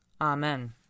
Amen